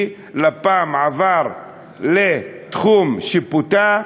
שלפ"מ עבר לתחום שיפוטה,